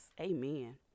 Amen